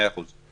מאה אחוז.